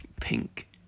Pink